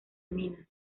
minas